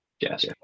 Yes